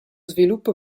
sviluppo